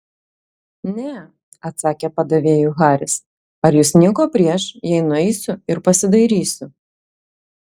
ne atsakė padavėjui haris ar jūs nieko prieš jei nueisiu ir pasidairysiu